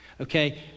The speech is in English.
Okay